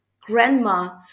grandma